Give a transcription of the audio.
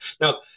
Now